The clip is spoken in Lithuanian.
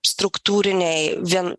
struktūriniai vien